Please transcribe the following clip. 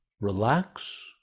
relax